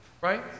right